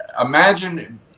imagine